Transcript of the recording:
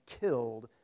killed